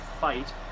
fight